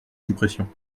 suppression